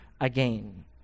again